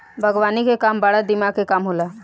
बागवानी के काम बड़ा दिमाग के काम होला